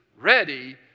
ready